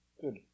Good